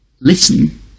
listen